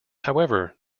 however